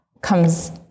comes